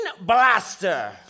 blaster